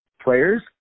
players